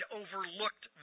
overlooked